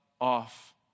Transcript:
off